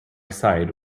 side